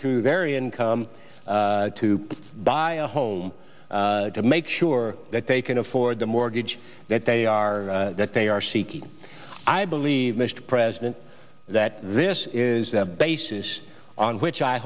through very income to buy a home to make sure that they can afford the mortgage that they are that they are seeking i believe mr president that this is the basis on which i